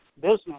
business